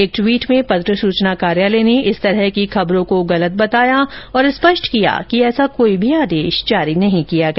एक ट्वीट में पत्र सूचना कार्यालय ने इस तरह की खबरों को गलत बताया है और स्पष्ट किया है कि ऐसा कोई भी आदेश जारी नहीं किया गया